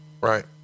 right